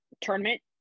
tournament